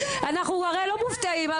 אנחנו הרי לא מופתעים.